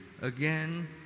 again